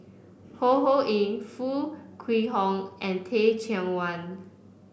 Ho Ho Ying Foo Kwee Horng and Teh Cheang Wan